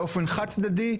באופן חד צדדי,